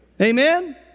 Amen